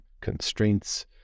constraints